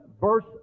verse